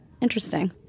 Interesting